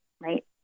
right